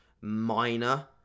minor